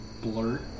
blurt